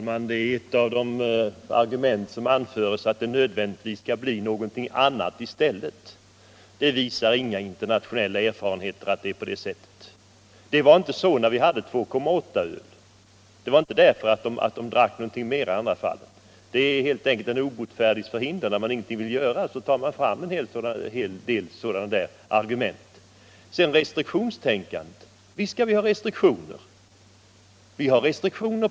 Herr talman! Ett av de argument som anförs är att det nödvändigtvis kommer att drickas någonting annat i stället för mellanöl. Inga internationella erfarenheter visar att det är på det sättet. Det var inte heller så när vi hade bara 2,8-öl. Här är det helt enkelt fråga om d>n obotfärdiges förhinder. När man ingenting vill göra tar man fram sådana här argument. Restriktionstänkande, säger herr Bengtsson i Landskrona. Visst skall vi ha restriktioner.